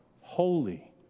Holy